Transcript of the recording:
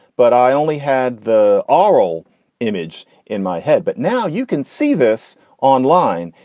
but i only had the aural image in my head. but now you can see this online.